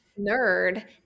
nerd